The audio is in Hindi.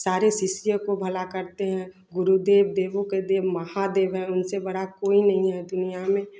सारे शिष्यों को भला करते हैं गुरुदेव देवों के देव महादेव हैं उनसे बड़ा कोई नहीं है दुनिया में